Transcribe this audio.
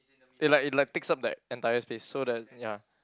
it like it like takes up that entire place so the ya